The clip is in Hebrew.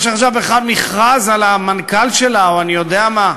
יש עכשיו בכלל מכרז על המנכ"ל שלה או אני יודע מה.